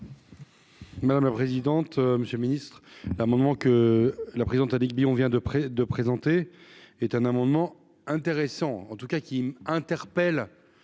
Madame la présidente, monsieur le Ministre, l'amendement que la présidente Annick Billon vient de près de présenté est un amendement intéressant en tout cas qui m'interpelle